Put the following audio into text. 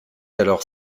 alors